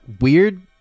weird